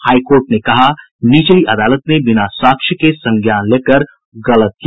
high court ने कहा निचली अदालत ने बिना साक्ष्य के संज्ञान लेकर गलत किया